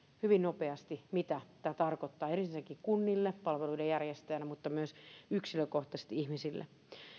hyvin nopeasti mitä tämä tarkoittaa ensinnäkin kunnille palveluiden järjestäjänä mutta myös yksilökohtaisesti ihmisille